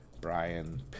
Brian